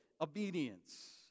obedience